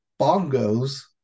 bongos